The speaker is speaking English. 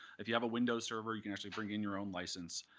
if you have a windows server, you can actually bring in your own license.